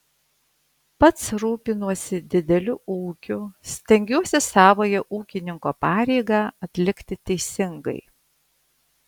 pats rūpinuosi dideliu ūkiu stengiuosi savąją ūkininko pareigą atlikti teisingai